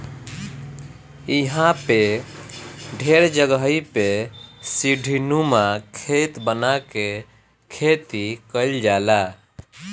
इहां पे ढेर जगही पे सीढ़ीनुमा खेत बना के खेती कईल जाला